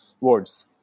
words